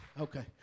okay